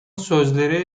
sözleri